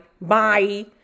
Bye